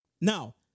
Now